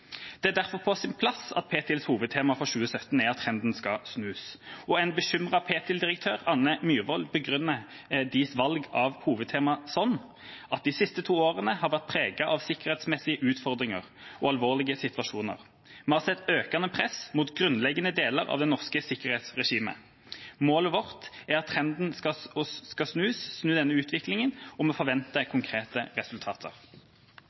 Det er derfor på sin plass at Ptils hovedtema for 2017 er at trenden skal snus. En bekymret Ptil-direktør, Anne Myhrvold, begrunner deres valg av hovedtema sånn: «De to siste årene har vært preget av sikkerhetsmessige utfordringer og alvorlige situasjoner. Vi har sett økende press mot grunnleggende deler av det norske sikkerhetsregimet. Målet med hovedtemaet er å snu denne utviklingen, og